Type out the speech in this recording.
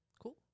Cool